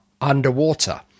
underwater